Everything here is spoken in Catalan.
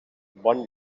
bon